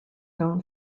known